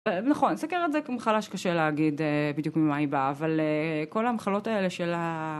נכון, סכרת זה מחלש קשה להגיד בדיוק ממה היא באה, אבל כל המחלות האלה של ה...